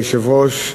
אדוני היושב-ראש,